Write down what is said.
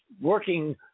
working